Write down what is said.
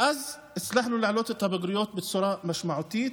ואז הצלחנו להעלות את הבגרויות בצורה משמעותית.